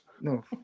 No